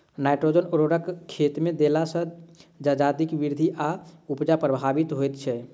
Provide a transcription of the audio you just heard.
nitrogen उर्वरक खेतमे देला सॅ जजातिक वृद्धि आ उपजा प्रभावित होइत छै